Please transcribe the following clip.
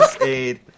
Aid